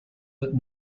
but